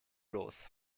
los